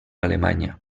alemanya